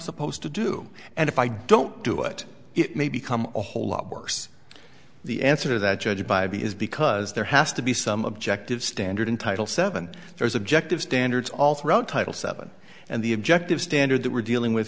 supposed to do and if i don't do it it may become a whole lot worse the answer that judge bybee is because there has to be some objective standard in title seven there's objective standards all throughout title seven and the objective standard that we're dealing with